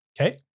Okay